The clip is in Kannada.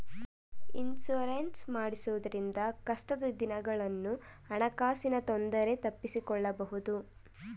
ಇನ್ಸೂರೆನ್ಸ್ ಮಾಡಿಸುವುದರಿಂದ ಕಷ್ಟದ ದಿನಗಳನ್ನು ಹಣಕಾಸಿನ ತೊಂದರೆ ತಪ್ಪಿಸಿಕೊಳ್ಳಬಹುದು